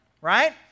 right